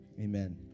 Amen